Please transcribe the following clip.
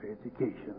education